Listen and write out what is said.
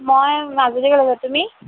মই মাজুলী কলেজত তুমি